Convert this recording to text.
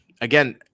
again